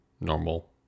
normal